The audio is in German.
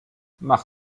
mach